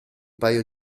paio